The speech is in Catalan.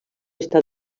està